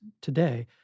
today